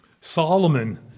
Solomon